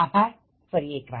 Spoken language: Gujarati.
આભારફરી એક વાર